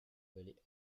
vallée